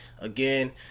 Again